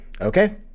Okay